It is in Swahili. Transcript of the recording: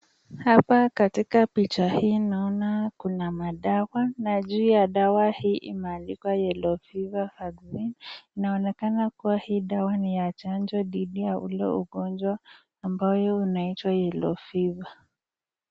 Hapa katika picha hii naona kuna madawa na juu ya dawa hii imeandikwa Yellow Fever Vaccine . Inaonekana kuwa hii dawa ni ya chanjo dhidi ya ugonjwa ambayo unaitwa yellow fever .